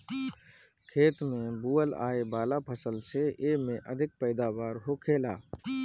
खेत में बोअल आए वाला फसल से एमे अधिक पैदावार होखेला